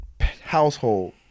household